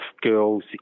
girls